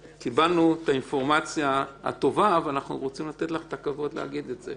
קיבלנו את האינפורמציה הטובה ואנחנו רוצים לתת לך את הכבוד להגיד את זה.